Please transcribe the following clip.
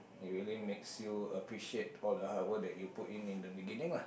it really makes you appreciate all the hard work you put in in the beginning lah